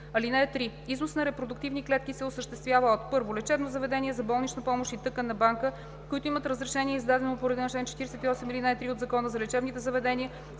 клетки. (3) Износ на репродуктивни клетки се осъществява от: 1. лечебно заведение за болнична помощ и тъканна банка, които имат разрешение, издадено по реда на чл. 48, ал. 3 от Закона за лечебните заведения,